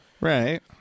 Right